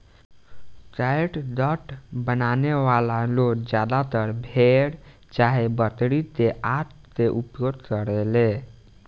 catgut बनावे वाला लोग ज्यादातर भेड़ चाहे बकरी के आंत के उपयोग करेले